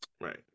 right